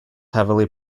heavily